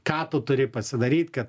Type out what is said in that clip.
ką tu turi pasidaryt kad